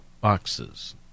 boxes